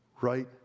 right